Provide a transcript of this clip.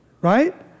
right